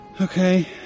Okay